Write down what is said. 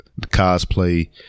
cosplay